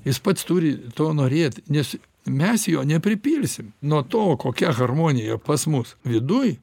jis pats turi to norėt nes mes jo nepripilsim nuo to kokia harmonija pas mus viduj